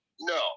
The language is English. no